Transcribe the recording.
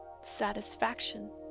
Satisfaction